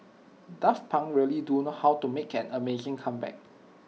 daft Punk really do know how to make an amazing comeback